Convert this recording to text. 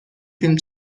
فیلم